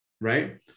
right